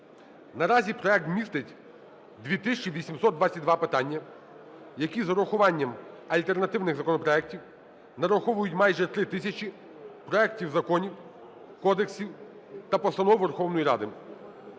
Наразі проект містить 2 тисячі 822 питання, які з урахуванням альтернативних законопроектів нараховують майже 3 тисячі проектів законів, кодексів та постанов Верховної Ради.